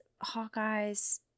hawkeye's